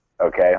Okay